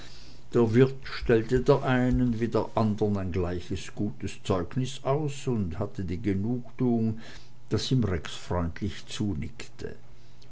der wirt stellte der einen wie der andern ein gleich gutes zeugnis aus und hatte die genugtuung daß ihm rex freundlich zunickte